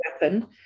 weapon